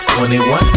21